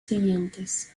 siguientes